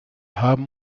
haben